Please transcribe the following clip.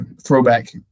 throwback